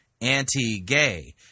anti-gay